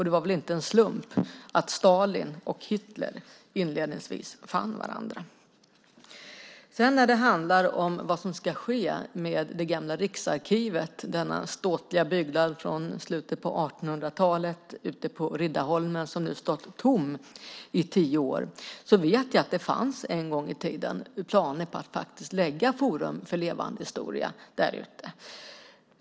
Det var väl inte en slump att Stalin och Hitler inledningsvis fann varandra. När det handlar om vad som ska ske med Gamla riksarkivet, denna ståtliga byggnad från slutet av 1800-talet ute på Riddarholmen som nu stått tom i tio år, vet jag att det en gång i tiden faktiskt fanns planer på att lägga Forum för levande historia där ute.